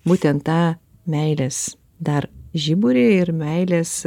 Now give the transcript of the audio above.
būtent tą meilės dar žiburį ir meilės